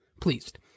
pleased